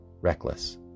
Reckless